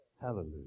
Hallelujah